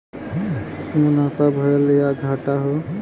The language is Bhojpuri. मुनाफा भयल या घाटा हौ